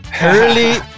early